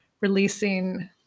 releasing-